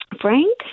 Frank